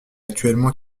actuellement